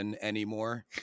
anymore